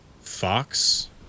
Fox